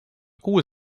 kuus